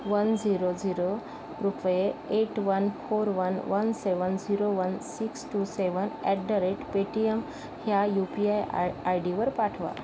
one zero zero रुपये eight one four one one seven zero one six two seven at the rate Paytm ह्या U P I I I डीवर पाठवा